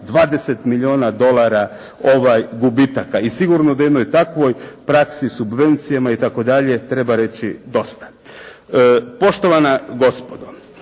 20 milijuna dolara gubitaka. I sigurno da u jednoj takvoj praksi, subvencijama itd., treba reći dosta. Poštovana gospodo,